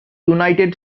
united